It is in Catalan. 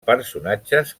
personatges